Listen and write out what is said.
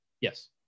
Yes